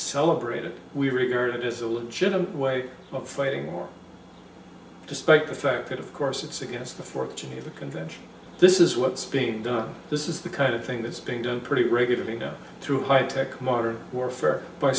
celebrated we regard it as a legitimate way of fighting despite the fact that of course it's against the fourth geneva convention this is what's being done this is the kind of thing that's being done pretty regularly go through high tech modern warfare by